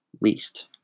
least